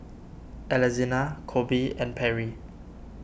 Alexina Colby and Perry